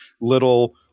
little